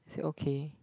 I said okay